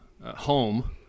home